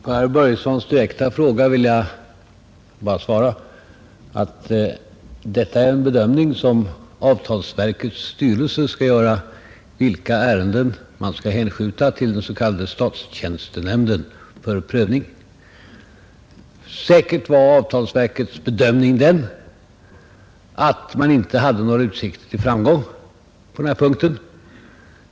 Herr talman! På herr Börjessons i Falköping direkta fråga vill jag bara svara att bedömningen av vilka ärenden man skall hänskjuta till prövning i den s.k. statstjänstenämnden skall göras av avtalsverkets styrelse. Säkert var avtalsverkets bedömning den att man inte hade några utsikter till framgång på den här punkten.